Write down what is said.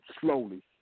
slowly